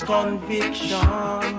Conviction